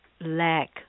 Lack